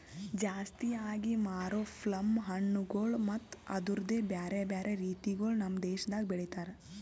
ಜಾಸ್ತಿ ಆಗಿ ಮಾರೋ ಪ್ಲಮ್ ಹಣ್ಣುಗೊಳ್ ಮತ್ತ ಅದುರ್ದು ಬ್ಯಾರೆ ಬ್ಯಾರೆ ರೀತಿಗೊಳ್ ನಮ್ ದೇಶದಾಗ್ ಬೆಳಿತಾರ್